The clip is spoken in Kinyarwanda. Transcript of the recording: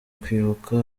kwibuka